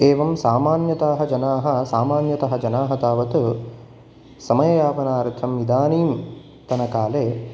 एवं सामान्यतः जनाः सामान्यतः जनाः तावत् समयापनार्थम् इदानीन्तनकाले